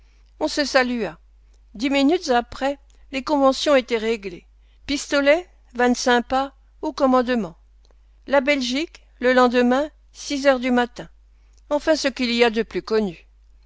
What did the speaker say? on se salua dix minutes après les conventions étaient réglées pistolet vingt-cinq pas au commandement la belgique le lendemain six heures du matin enfin ce qu'il y a de plus connu